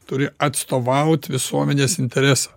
turi atstovaut visuomenės interesą